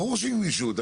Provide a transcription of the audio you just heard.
ברור שעם גמישות,